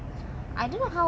but the food not very good